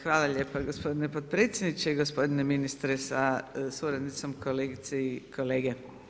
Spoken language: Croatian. Hvala lijepa gospodine potpredsjedniče, gospodine ministre sa suradnicom, kolegice i kolege.